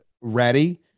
ready